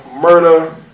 Murder